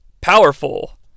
powerful